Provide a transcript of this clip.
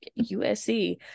usc